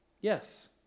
Yes